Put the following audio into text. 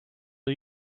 are